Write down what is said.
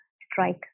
strike